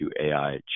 AI